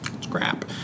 Scrap